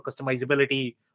customizability